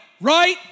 Right